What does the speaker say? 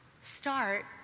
Start